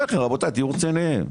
רבותיי, תהיו רציניים,